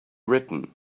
written